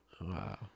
Wow